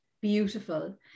beautiful